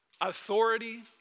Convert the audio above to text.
Authority